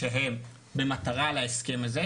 שהם במטרה להסכם הזה.